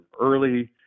early